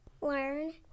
Learn